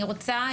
אני רוצה